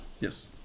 Yes